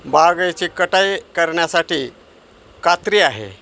बागेची कटाई करण्यासाठी कात्री आहे